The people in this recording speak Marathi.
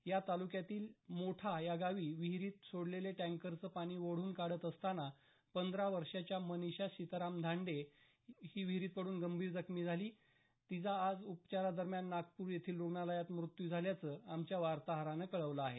या ताल्क्यातील मोठा या गावी विहिरीत सोडलेले टँकरचं पाणी ओढून काढत असताना पंधरा वर्षांच्या मनीषा सिताराम धांडे या विहीरित पडुन गंभीर जखमी झालेल्या मुलीचा आज पहाटे नागपूर येथील रुग्णालयात मृत्यू झाल्याचं आमच्या वार्ताहरानं कळवलं आहे